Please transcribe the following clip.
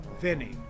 Vinny